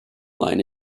line